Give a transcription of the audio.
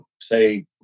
say